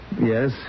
Yes